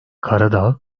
karadağ